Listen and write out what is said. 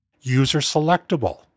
user-selectable